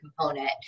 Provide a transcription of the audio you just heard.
component